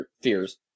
fears